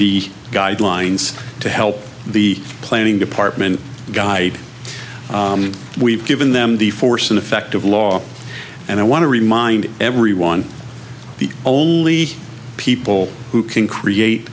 be guidelines to help the planning department guide we've given them the force and effect of law and i want to remind everyone the only people who can create